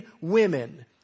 women